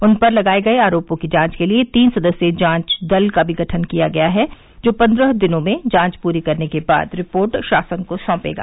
उन पर लगाये गये आरोपों की जांच के लिए तीन सदस्यीय जांच दल का भी गठन किया गया है जो पन्द्रह दिनों में जांच पूरी करने के बाद रिपोर्ट शासन को सौंपेगा